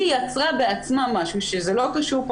היא יצרה בעצמה משהו שזה לא קשור פה